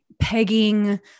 pegging